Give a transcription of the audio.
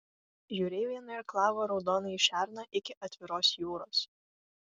jūreiviai nuirklavo raudonąjį šerną iki atviros jūros